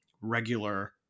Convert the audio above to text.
regular